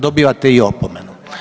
Dobivate i opomenu.